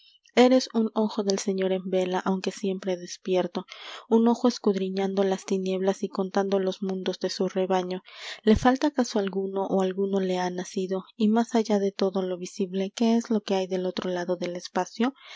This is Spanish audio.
eres un ojo del señor en vela aunque siempre despierto ün ojo escudriñando las tinieblas y contando los mundos de su rebaño le falta acaso alguno o alguno le ha nacido y más allá de todo lo visible qué es lo que hay del otro lado del espacio